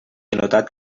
anotat